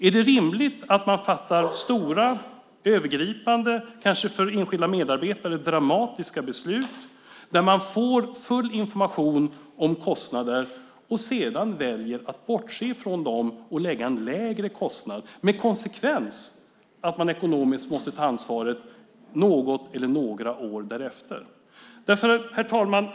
Är det rimligt att man fattar stora, övergripande, kanske för enskilda medarbetare dramatiska beslut när man får full information om kostnader och sedan väljer att bortse från dem och lägga en lägre kostnad med konsekvens att man ekonomiskt måste ta ansvaret något eller några år därefter? Herr talman!